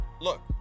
look